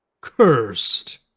Cursed